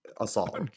assault